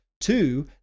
Two